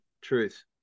truth